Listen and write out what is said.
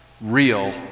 real